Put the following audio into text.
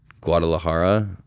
Guadalajara